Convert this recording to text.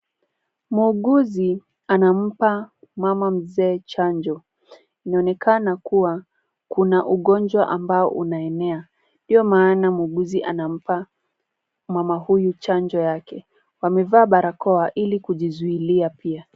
Muuguzi anampa mama mzee chanjo. Inaonekana kuwa kuna ugonjwa ambao unaenea ndio maana muuguzi anampa mama huyu chanjo yake. Wamevaa barakoa ili kujizuilia pia.